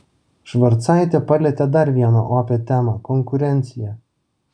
švarcaitė palietė dar vieną opią temą konkurenciją